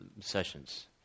sessions